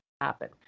happen